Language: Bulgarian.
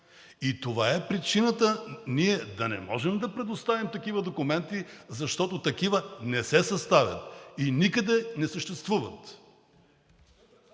и това е причината ние да не можем да предоставим такива документи, защото такива не се съставят и никъде не съществуват.